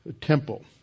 Temple